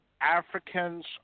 Africans